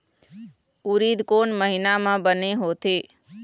उरीद कोन महीना म बने होथे?